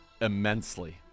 immensely